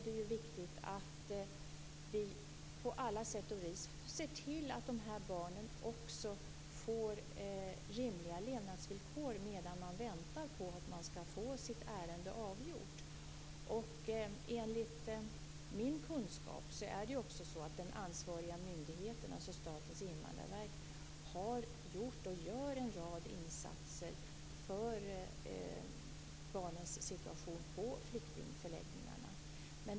Det är viktigt att vi på alla sätt ser till att de här barnen får rimliga levnadsvillkor medan de väntar på att få sina ärenden avgjorda. Enligt min kunskap har också den ansvariga myndigheten, alltså Statens invandrarverk, gjort och fortsätter att göra en rad insatser för barnens situation på flyktingförläggningarna.